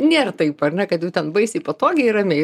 nėra taip ar ne kad jau ten baisiai patogiai ramiai